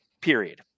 Period